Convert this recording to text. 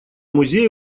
музее